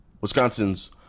wisconsin's